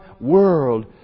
world